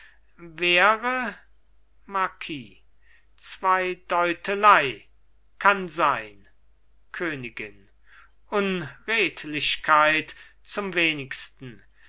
wäre marquis zweideutelei kann sein königin unredlichkeit zum wenigsten